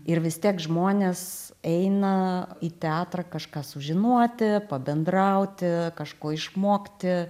ir vis tiek žmonės eina į teatrą kažką sužinoti pabendrauti kažko išmokti